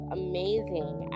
amazing